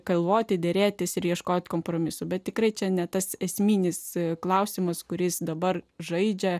kalvoti derėtis ir ieškoti kompromisų bet tikrai čia ne tas esminis klausimas kuris dabar žaidžia